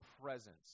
presence